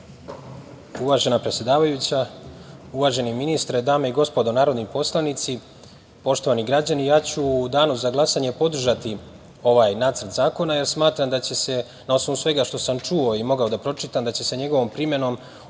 se. Uvažena predsedavajuća, uvaženi ministre, dame i gospodo narodni poslanici, poštovani građani, u danu za glasanje podržaću ovaj Nacrt zakona jer smatram da će se na osnovu svega što sam čuo i mogao da pročitam, da će se njegovom primenom u velikoj